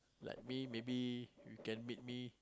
like me maybe you can meet me